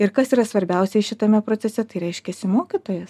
ir kas yra svarbiausia šitame procese tai reiškiasi mokytojas